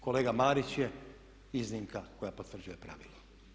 Kolega Marić je iznimka koja potvrđuje pravilo.